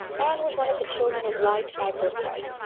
anne was one of the children of light by birthright.